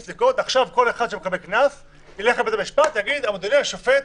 עכשיו כל מי שיוטל עליו קנס ילך לבית המשפט ויגיד: אדוני השופט,